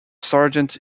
sergeant